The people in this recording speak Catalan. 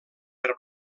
per